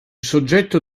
soggetto